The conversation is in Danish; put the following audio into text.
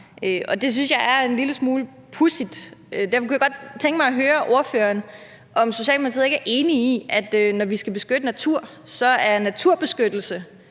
jeg er en lille smule pudsigt. Derfor kunne jeg godt tænke mig at høre ordføreren, om Socialdemokratiet ikke er enig i, at en bedre naturbeskyttelse